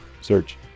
Search